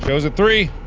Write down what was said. show's at three.